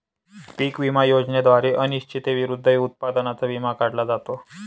पीक विमा योजनेद्वारे अनिश्चिततेविरुद्ध उत्पादनाचा विमा काढला जातो